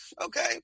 Okay